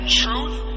truth